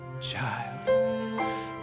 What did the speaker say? child